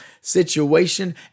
situation